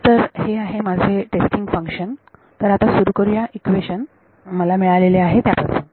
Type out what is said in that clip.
तर हे आहे माझे टेस्टिंग फंक्शन तर आता सुरु करूया इक्वेशन मला मिळालेले आहे त्यापासून